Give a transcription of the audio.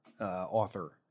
author